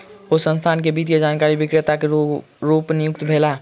ओ संस्थान में वित्तीय जानकारी विक्रेता के रूप नियुक्त भेला